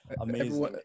amazing